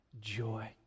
joy